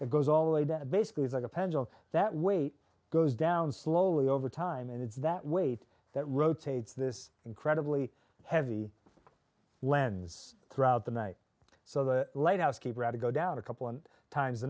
weight goes all the way that basically is like a pendulum that weight goes down slowly over time and it's that weight that rotates this incredibly heavy lens throughout the night so the lighthouse keeper had to go down a couple of times a